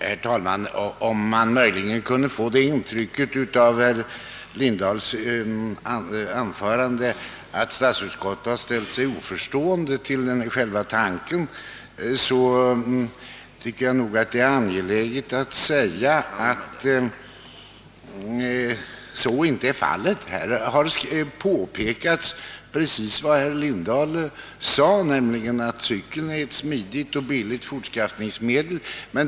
Herr talman! Herr Lindahls anförande kunde möjligen ge kammaren det intrycket att statsutskottet har ställt sig oförstående till tanken i motionerna. Jag finner det därför angeläget att påpeka att så inte är fallet, Utskottet har liksom herr Lindahl uppfattningen att cykeln är ett smidigt och billigt fortskaffningsmedel.